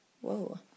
Whoa